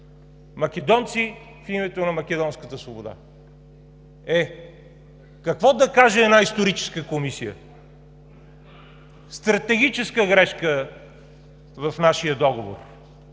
македонци в името на македонската свобода. Е, какво да каже една Историческа комисия? Стратегическа грешка в нашия договор,